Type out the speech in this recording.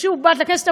ששוב באת לכנסת.